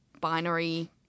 binary